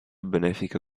benefica